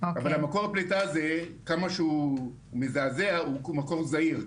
אבל כמה שהוא מזעזע זה מקור זעיר.